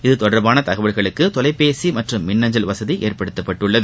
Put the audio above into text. இது தொடர்பான தகவல்களுக்கு தொலைபேசி மற்றும் மின்னஞ்சல் வசதி ஏற்படுத்தப்பட்டுள்ளது